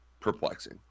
perplexing